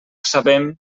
sabem